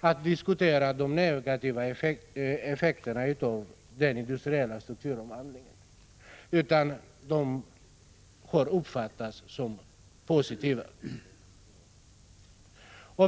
att diskutera de negativa effekterna av den industriella strukturomvandlingen utan har uppfattat dem som positiva.